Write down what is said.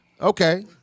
Okay